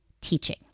teaching